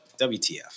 WTF